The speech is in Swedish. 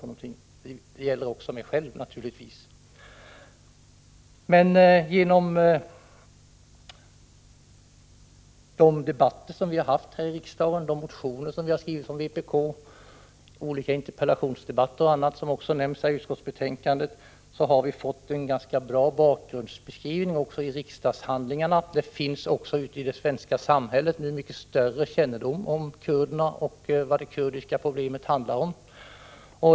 Det gäller naturligtvis också mig själv. Men genom de debatter som vi har haft här i riksdagen och de motioner som vi från vpk har skrivit — det har varit olika interpellationsdebatter, som bl.a. nämns i utskottsbetänkandet — har vi fått en ganska bra bakgrundsbeskrivning i riksdagshandlingarna. Det finns också ute i det svenska samhället nu mycket större kännedom om kurderna och det kurdiska problemet.